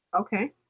Okay